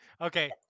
Okay